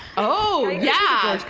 oh yeah!